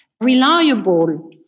reliable